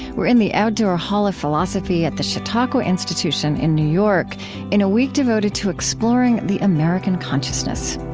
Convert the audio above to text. we're in the outdoor hall of philosophy at the chautauqua institution in new york in a week devoted to exploring the american consciousness.